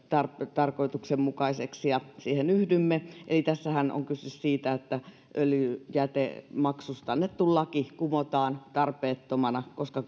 tarkoituksenmukaiseksi ja siihen yhdymme eli tässähän on kyse siitä että öljyjätemaksusta annettu laki kumotaan tarpeettomana koska